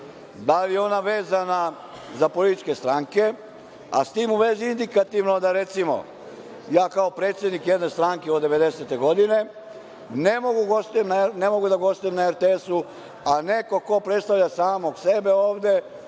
je ona vezana za političke stranke, a s tim u vezi indikativno da, recimo, ja kao predsednik jedne stranke od 1990. godine ne mogu da gostujem na RTS-u, a neko ko predstavlja samog sebe ovde,